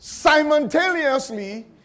simultaneously